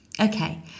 Okay